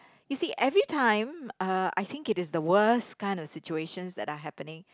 you see every time uh I think it is the worst kind of situations that are happening